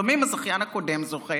לפעמים הזכיין הקודם זוכה,